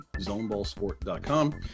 ZoneBallSport.com